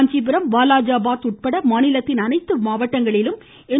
காஞ்சிபுரம் வாலாஜாபாத் உட்பட மாநிலத்தின் அனைத்து மாவட்டங்களிலும் எம்